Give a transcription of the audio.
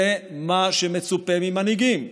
זה מה שמצופה ממנהיגים.